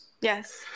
yes